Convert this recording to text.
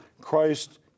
Christ